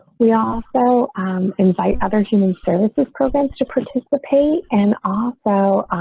we also invite other human services, programs to participate and also